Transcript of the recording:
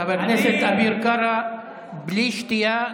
חבר הכנסת אביר קארה, בלי שתייה.